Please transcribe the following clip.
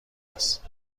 است